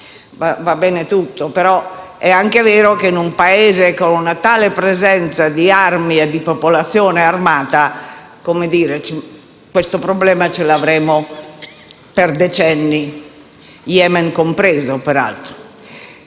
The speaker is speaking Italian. va bene tutto, però è anche vero che in un Paese con una tale presenza di armi e di popolazione armata, questo problema lo avremo per decenni (Yemen compreso, peraltro).